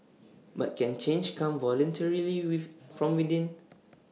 but can change come voluntarily with from within